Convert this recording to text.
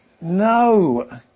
no